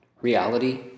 reality